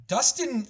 Dustin